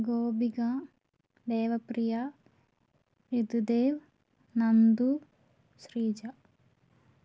Gopika Devapriya Ritudev Nandu Sreeja